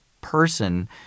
person